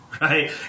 Right